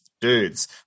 dudes